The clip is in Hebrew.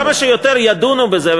כמה שיותר ידונו בזה,